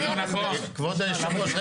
כבוד היושבת ראש,